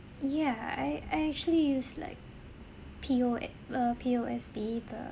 ya I I actually use like P_O err P_O_S_B the